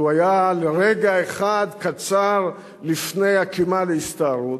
והוא היה לרגע אחד קצר לפני הקימה להסתערות,